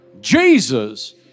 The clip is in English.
Jesus